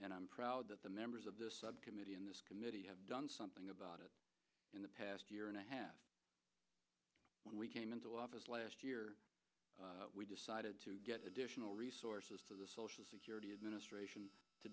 and i'm proud that the members of this subcommittee in this committee have done something about it in the past year and a half when we came into last year we decided to get additional resources to the social security administration to